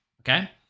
Okay